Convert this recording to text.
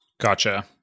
Gotcha